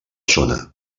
zona